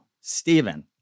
Stephen